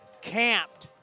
camped